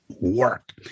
work